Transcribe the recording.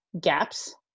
gaps